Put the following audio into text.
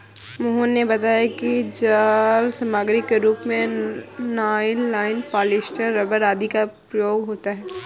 मोहन ने बताया कि जाल सामग्री के रूप में नाइलॉन, पॉलीस्टर, रबर आदि का प्रयोग होता है